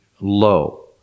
low